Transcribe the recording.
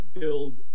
build